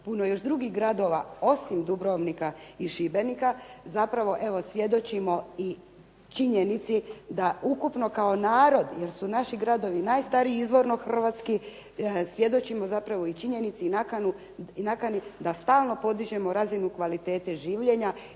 puno još drugih gradova osim Dubrovnika i Šibenika. Zapravo evo svjedočimo i činjenici da ukupno kao narod, jer su naši gradovi najstariji izvorno hrvatski svjedočimo zapravo i činjenici i nakani da stalno podižemo razinu kvalitete življenja